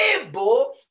able